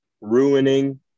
ruining